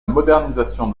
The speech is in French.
modernisation